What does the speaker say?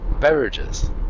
beverages